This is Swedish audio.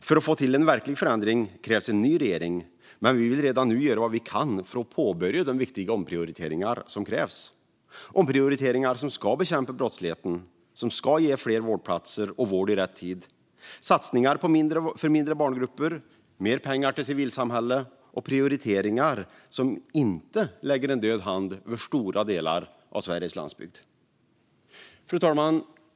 För att få till stånd en verklig förändring krävs en ny regering, men vi vill redan nu göra vad vi kan för att påbörja de viktiga omprioriteringar som krävs. Det är omprioriteringar som ska bekämpa brottsligheten och ge fler vårdplatser och vård i rätt tid. Det är satsningar för mindre barngrupper, mer pengar till civilsamhället och prioriteringar som inte lägger en död hand över stora delar av Sveriges landsbygd. Fru talman!